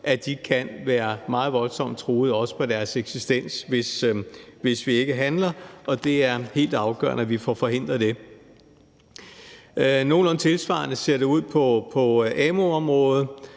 også kan være meget voldsomt truet på deres eksistens, hvis vi ikke handler, og det er helt afgørende, at vi får forhindret det. Nogenlunde tilsvarende ser det ud på amu-området.